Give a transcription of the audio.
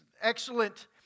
excellent